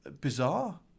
Bizarre